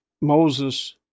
Moses